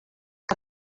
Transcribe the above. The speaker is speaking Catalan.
que